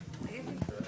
זה.